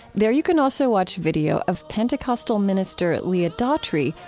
there you can also watch video of pentecostal minister leah daughtry,